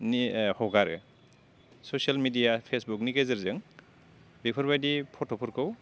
नि हगारो social media फेसबुकनि गेजेरजों बेफोरबायदि फट'फोरखौ